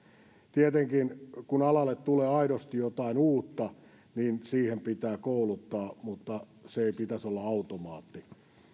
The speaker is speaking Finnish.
tietenkin kun alalle tulee aidosti jotain uutta siihen pitää kouluttaa mutta sen ei pitäisi olla automaatti